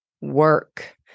work